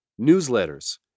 Newsletters